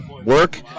work